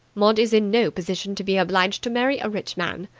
maud is in no position to be obliged to marry a rich man.